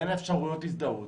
בין אפשרויות ההזדהות